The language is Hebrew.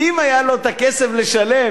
אם היה לו הכסף לשלם,